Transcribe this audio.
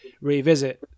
revisit